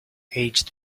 aged